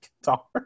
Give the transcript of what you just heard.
guitar